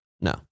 No